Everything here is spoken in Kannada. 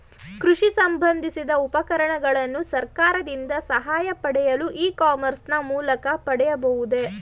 ಕೃಷಿ ಸಂಬಂದಿಸಿದ ಉಪಕರಣಗಳನ್ನು ಸರ್ಕಾರದಿಂದ ಸಹಾಯ ಪಡೆಯಲು ಇ ಕಾಮರ್ಸ್ ನ ಮೂಲಕ ಪಡೆಯಬಹುದೇ?